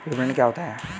विपणन क्या होता है?